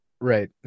right